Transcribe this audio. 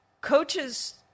coaches